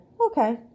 okay